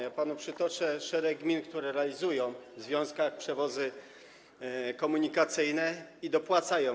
Ja panu podam przykład szeregu gmin, które realizują w związkach przewozy komunikacyjne i dopłacają.